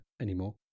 anymore